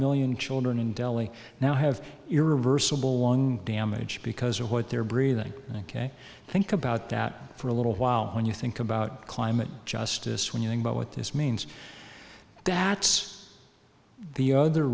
million children in delhi now have irreversible lung damage because of what they're breathing ok think about that for a little while when you think about climate justice when you know what this means that's the other